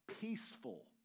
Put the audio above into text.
peaceful